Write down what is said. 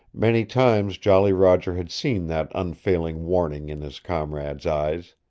many times jolly roger had seen that unfailing warning in his comrade's eyes.